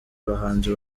bahanzi